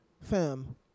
fam